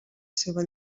seva